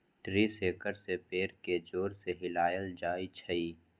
tree shaker से पेड़ के जोर से हिलाएल जाई छई